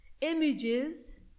images